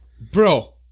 Bro